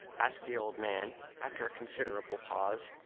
asked the old man after a considerable pause.